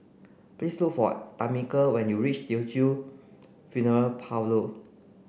please look for Tamica when you reach Teochew Funeral Parlour